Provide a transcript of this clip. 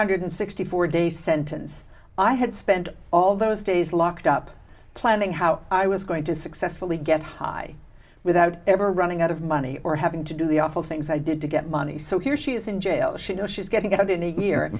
hundred sixty four day sentence i had spent all those days locked up planning how i was going to successfully get high without ever running out of money or having to do the awful things i did to get money so here she is in jail she knows she's getting it i